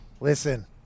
Listen